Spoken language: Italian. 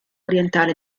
orientale